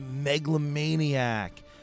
megalomaniac